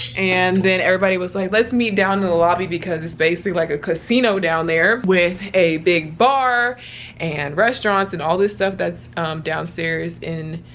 and then everybody was like, let's meet down in the lobby because it's basically like a casino down there with a big bar and restaurants, and all this stuff that's downstairs in,